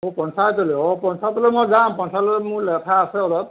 অঁ পঞ্চায়তলৈ অঁ পঞ্চায়তলৈ মই যাম পঞ্চায়তত মোৰ লেঠা আছে অলপ